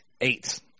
Eight